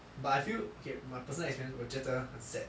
but I feel okay my personal experience 我觉得很 sad